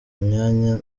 myanya